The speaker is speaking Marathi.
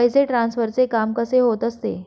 पैसे ट्रान्सफरचे काम कसे होत असते?